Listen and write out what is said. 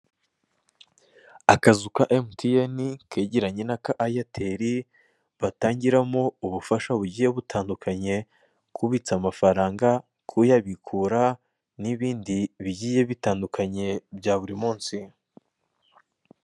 Akazu ka emutiyeni kegeranye n'aka eyateri, batangiramo ubufasha bugiye butandukanye, kubitsa amafaranga, kuyabikura n'ibindi bigiye bitandukanye bya buri munsi.